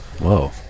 Whoa